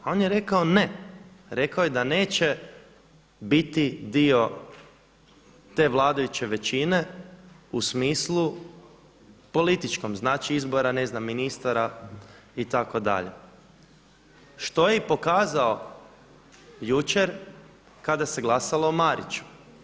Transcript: A on je rekao ne, rekao je da neće biti dio te vladajuće većine u smislu političkom, znači izbora ne znam ministara itd. što je i pokazao jučer kada se glasalo o Mariću.